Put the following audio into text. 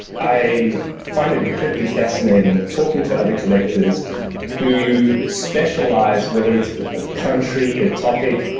i find it incredibly fascinating talking to other collectors who specialize, whether it's a country, a topic,